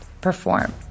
perform